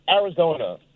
Arizona